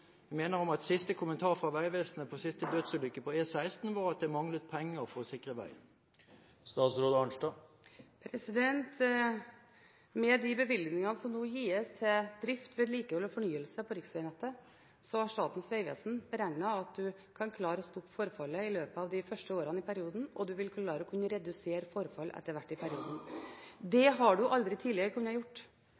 minner om at siste kommentar fra Vegvesenet ved siste dødsulykke på E16 var at det mangler penger for å sikre vei. Med de bevilgningene som nå gis til drift, vedlikehold og fornyelse av riksvegnettet, har Statens vegvesen beregnet at man kan klare å stoppe forfallet i løpet av de første årene i perioden, og man vil kunne klare å redusere forfall etter hvert i perioden. Det